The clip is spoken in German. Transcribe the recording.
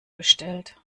bestellt